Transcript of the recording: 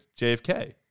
JFK